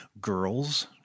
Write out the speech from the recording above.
Girls